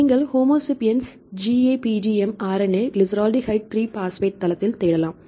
நீங்கள் homo sapiens GAPDM RNA glyceraldehyde 3 phosphate தளத்தில் தேடலாம்